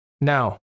Now